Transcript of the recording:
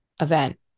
event